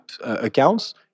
accounts